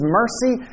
mercy